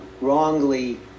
wrongly